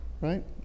right